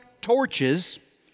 torches